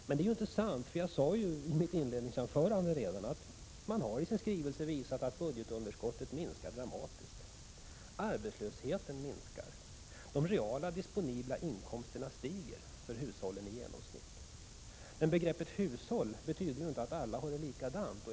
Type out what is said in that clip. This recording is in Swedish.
Men det är inte sant, för jag sade redan i mitt inledningsanförande att man i en del skrivelser har visat att budgetunderskottet minskat dramatiskt, att arbetslösheten minskar och de reala disponibla inkomsterna för hushållen i genomsnitt stiger. Men begreppet hushåll betyder inte att alla har det likadant.